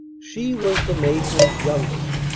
she was the major's youngest.